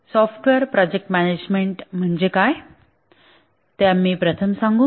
software project management म्हणजे काय ते आम्ही प्रथम सांगू